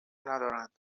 ندارند